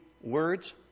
words